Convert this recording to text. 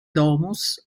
domus